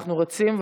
אנחנו רצים,